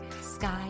sky